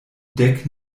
dek